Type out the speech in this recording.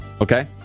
Okay